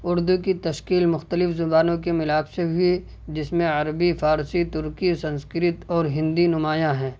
اردو کی تشکیل مختلف زبانوں کے ملاپ سے ہوئی جس میں عربی فارسی ترکی سنسکرت اور ہندی نمایاں ہیں